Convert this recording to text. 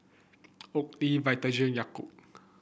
Oakley Vitagen Yakult